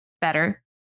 better